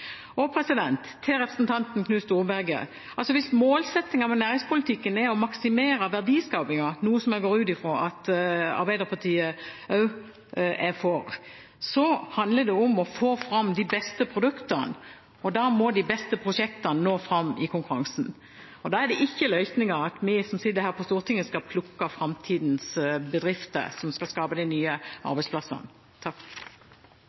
Til representanten Knut Storberget: Hvis målsettingen med næringspolitikken er å maksimere verdiskapingen, noe som jeg går ut fra at Arbeiderpartiet også er for, handler det om å få fram de beste produktene. Da må de beste prosjektene nå fram i konkurransen. Da er det ikke løsningen at vi som sitter her på Stortinget, skal plukke fram tidenes bedrifter som skal skape de nye arbeidsplassene.